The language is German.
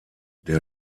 der